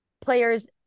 players